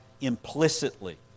implicitly